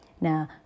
Now